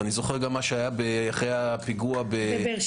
אני זוכר גם מה שהיה אחרי הפיגוע בבאר-שבע.